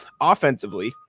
offensively